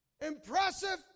Impressive